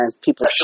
people